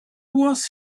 was